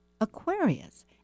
Aquarius